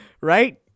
Right